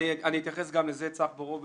צח בורוביץ',